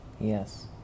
Yes